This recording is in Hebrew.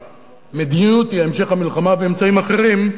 שהמדיניות היא המשך המלחמה באמצעים אחרים,